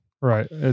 Right